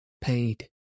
Paid